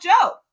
Joe